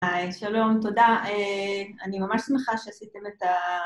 היי, שלום, תודה. אני ממש שמחה שעשיתם את ה...